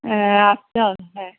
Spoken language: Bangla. হ্যাঁ আচ্ছা হ্যাঁ